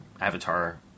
Avatar